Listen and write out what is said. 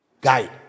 Guide